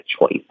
choice